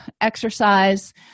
exercise